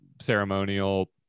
ceremonial